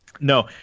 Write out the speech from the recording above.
no